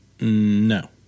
No